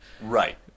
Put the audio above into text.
Right